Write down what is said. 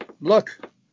look